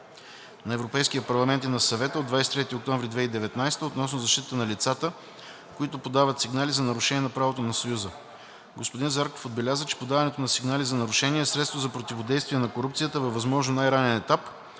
на Европейския парламент и на Съвета от 23 октомври 2019 г. относно защитата на лицата, които подават сигнали за нарушения на правото на Съюза. Господин Зарков отбеляза, че подаването на сигнали за нарушения е средство за противодействие на корупцията във възможно най-ранен етап